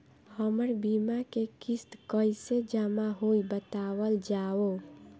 हमर बीमा के किस्त कइसे जमा होई बतावल जाओ?